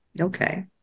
Okay